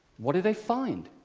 what did they find?